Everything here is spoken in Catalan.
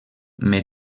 més